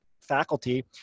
faculty